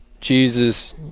Jesus